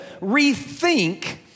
rethink